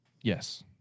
Yes